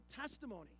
testimony